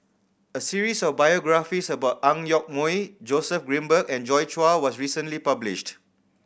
a series of biographies about Ang Yoke Mooi Joseph Grimberg and Joi Chua was recently published